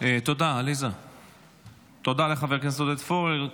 תודה לחבר הכנסת עודד פורר.